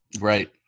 Right